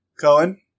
Cohen